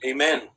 Amen